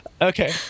Okay